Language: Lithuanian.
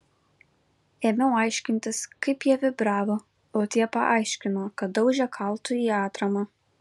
ėmiau aiškintis kaip jie vibravo o tie paaiškino kad daužė kaltu į atramą